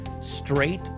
straight